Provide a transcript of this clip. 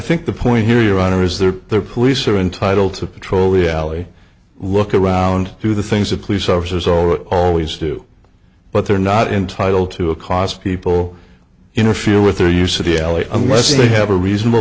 think the point here your honor is there the police are entitled to patrol the alley look around do the things the police officers or always do but they're not entitled to a cost people interfere with their use of the alley unless they have a reasonable